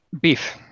Beef